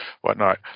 whatnot